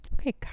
okay